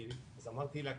אז אמרתי לה,